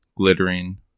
Glittering